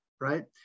right